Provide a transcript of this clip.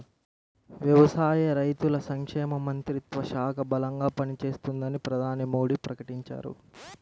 వ్యవసాయ, రైతుల సంక్షేమ మంత్రిత్వ శాఖ బలంగా పనిచేస్తుందని ప్రధాని మోడీ ప్రకటించారు